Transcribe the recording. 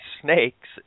snakes